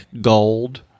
gold